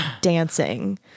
dancing